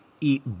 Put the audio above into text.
eat